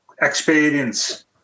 experience